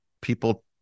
people